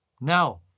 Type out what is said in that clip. Now